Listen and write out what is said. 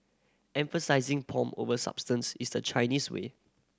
emphasising pomp over substance is the Chinese way